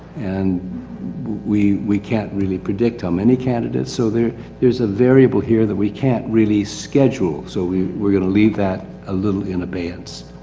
and we, we can't really predict how many candidates so there, there's a variable here that we can't really schedule. so we, we're gonna leave that a little in advance.